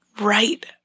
right